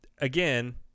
again